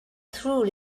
through